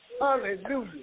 Hallelujah